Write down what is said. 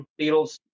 beatles